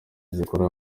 zikorera